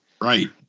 Right